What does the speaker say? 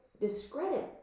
discredit